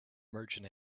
merchant